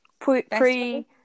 pre